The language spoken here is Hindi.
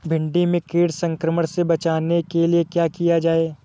भिंडी में कीट संक्रमण से बचाने के लिए क्या किया जाए?